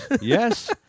yes